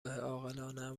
عاقلانهام